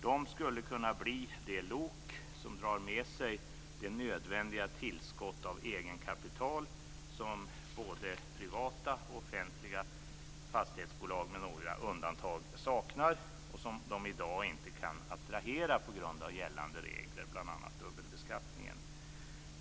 De skulle kunna bli det lok som drar med sig det nödvändiga tillskott av eget kapital som både privata och offentliga fastighetsbolag med några undantag saknar och som de i dag inte kan attrahera på grund av gällande regler - det gäller bl.a. dubbelbeskattningen.